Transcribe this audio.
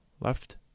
left